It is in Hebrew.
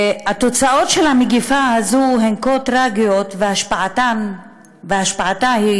תוצאות המגפה הזאת הן כה טרגיות והשפעתה היא